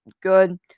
Good